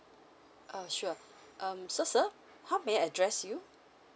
uh ya sure um so sir how may I address you